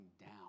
down